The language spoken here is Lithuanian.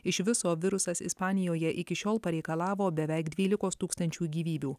iš viso virusas ispanijoje iki šiol pareikalavo beveik dvylikos tūkstančių gyvybių